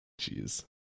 Jeez